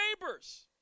neighbor's